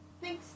thanks